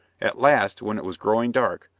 at last, when it was growing dark,